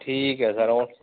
ਠੀਕ ਹੈ sir okay